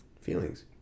Feelings